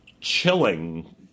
chilling